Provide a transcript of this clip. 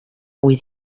with